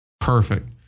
Perfect